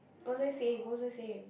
what was I saying what was I saying